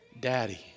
daddy